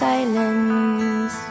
Silence